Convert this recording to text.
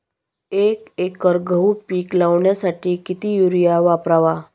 एक एकर गहू पीक लावण्यासाठी किती युरिया वापरावा?